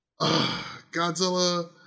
Godzilla